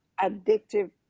addictive